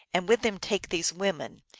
and with them take these women,